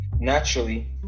Naturally